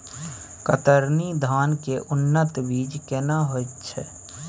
कतरनी धान के उन्नत बीज केना होयत छै?